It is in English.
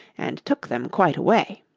and took them quite away